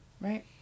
right